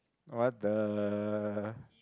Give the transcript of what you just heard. what the